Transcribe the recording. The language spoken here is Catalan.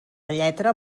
lletra